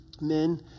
men